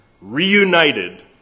reunited